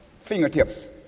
fingertips